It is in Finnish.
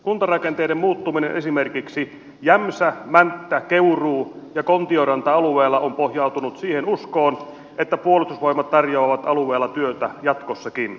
kuntarakenteiden muuttuminen esimerkiksi jämsämänttäkeuruu ja kontioranta alueella on pohjautunut siihen uskoon että puolustusvoimat tarjoaa alueella työtä jatkossakin